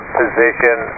position